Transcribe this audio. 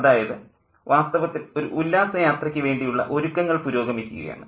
അതായത് വാസ്തവത്തിൽ ഒരു ഉല്ലാസ യാത്രയ്ക്ക് വേണ്ടിയുള്ള ഒരുക്കങ്ങൾ പുരോഗമിക്കുകയാണ്